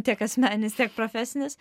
tiek asmeninis tiek profesinis